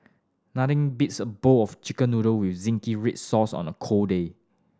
nothing beats a bowl of Chicken Noodle with zingy red sauce on a cold day